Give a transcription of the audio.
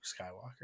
Skywalker